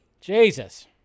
Jesus